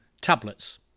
tablets